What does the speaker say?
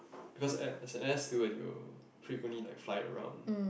because as as an air steward you will frequently like fly around